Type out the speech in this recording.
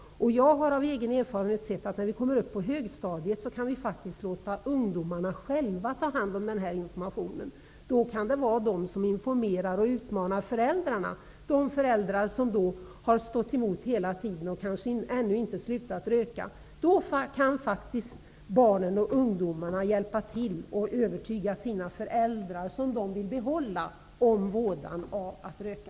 Jag vet av egen erfarenhet att på högstadiet kan vi faktiskt låta ungdomarna själva ta hand om den här informationen. Det kan då vara de som informerar och utmanar föräldrarna -- de föräldrar som har stått emot hela tiden och inte slutat röka. Barnen och ungdomarna kan då hjälpa till och övertyga sina föräldrar -- som de vill behålla -- om vådan av att röka.